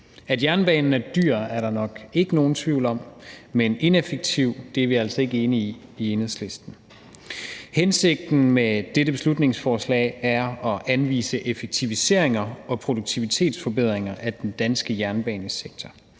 At jernbanen er dyr, er der nok ikke nogen tvivl om, men ineffektiv er vi altså ikke enige i i Enhedslisten. Hensigten med dette beslutningsforslag er at anvise effektiviseringer og produktivitetsforbedringer af den danske jernbanesektor.